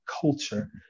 culture